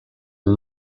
amb